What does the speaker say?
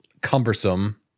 cumbersome